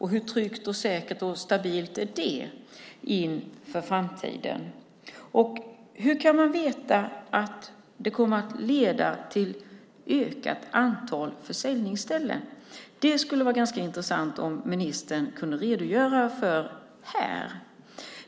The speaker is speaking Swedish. Hur tryggt, säkert och stabilt är det inför framtiden? Hur kan man veta att det kommer att leda till ett ökat antal försäljningsställen? Det skulle vara intressant om ministern kunde redogöra för det här.